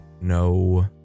no